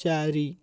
ଚାରି